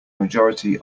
majority